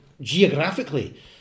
geographically